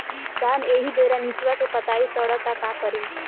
धान एही बेरा निचवा के पतयी सड़ता का करी?